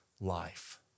life